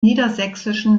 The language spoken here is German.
niedersächsischen